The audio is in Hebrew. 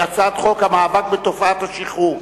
הצעת חוק המאבק בתופעת השכרות.